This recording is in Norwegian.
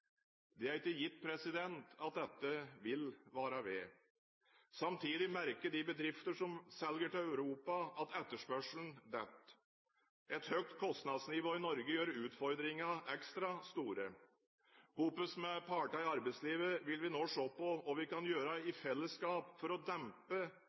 Det er ikke gitt at dette vil vare ved. Samtidig merker de bedrifter som selger til Europa, at etterspørselen faller. Et høyt kostnadsnivå i Norge gjør utfordringene ekstra store. Sammen med partene i arbeidslivet vil vi se på hva vi i fellesskap kan gjøre